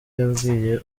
yabwiye